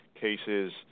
cases